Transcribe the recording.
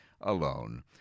alone